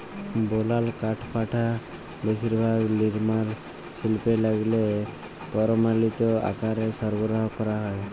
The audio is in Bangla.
বলাল কাঠপাটা বেশিরভাগ লিরমাল শিল্পে লাইগে পরমালিত আকারে সরবরাহ ক্যরা হ্যয়